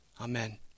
Amen